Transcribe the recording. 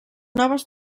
noves